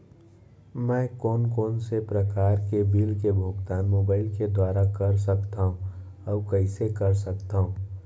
मैं कोन कोन से प्रकार के बिल के भुगतान मोबाईल के दुवारा कर सकथव अऊ कइसे कर सकथव?